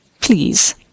Please